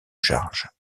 charges